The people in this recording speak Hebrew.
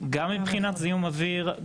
גם מבחינת זיהום אוויר,